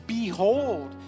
behold